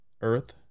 earth